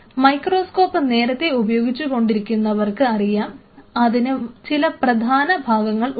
microscope നേരത്തെ ഉപയോഗിച്ചുകൊണ്ടിരിക്കുന്നവർക്ക് അറിയാം അതിന് ചില പ്രധാന ഭാഗങ്ങൾ ഉണ്ട്